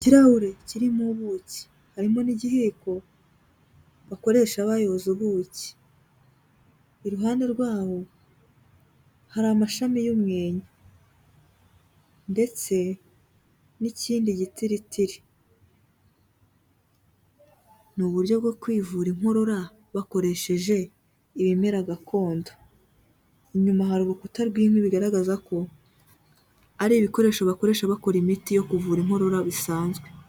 Ikirahuri kirimo ubuki harimo n'igihiko bakoresha bayoze ubuki, iruhande rwaho hari amashami y'umwenya ndetse n'ikindi gitiritiri, ni uburyo bwo kwivura inkorora bakoresheje ibimera gakondo. Inyuma hari urukuta rw'inkwi bigaragaza ko ari ibikoresho bakoresha bakora imiti yo kuvura inkorora bisanzwe.